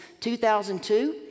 2002